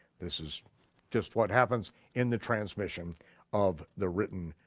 this is just what happens in the transmission of the written